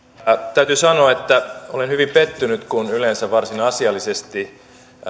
täytyy sanoa että olen hyvin pettynyt kun yleensä varsin asiallisesti